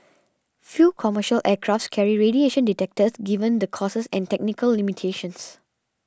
few commercial aircrafts carry radiation detectors given the costs and technical limitations